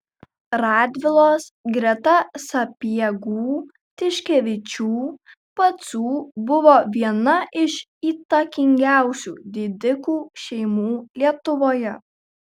radvilos greta sapiegų tiškevičių pacų buvo viena iš įtakingiausių didikų šeimų lietuvoje